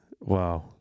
wow